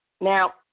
Now